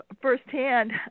firsthand